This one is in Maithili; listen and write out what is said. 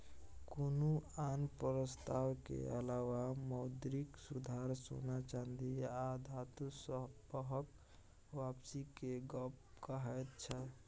कुनु आन प्रस्ताव के अलावा मौद्रिक सुधार सोना चांदी आ धातु सबहक वापसी के गप कहैत छै